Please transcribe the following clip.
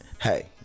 Hey